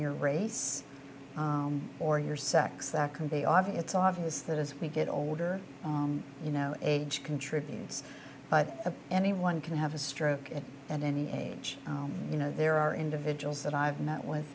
your race or your sex that can be obvious so obvious that as we get older you know age contributes but anyone can have a stroke at any age you know there are individuals that i've met with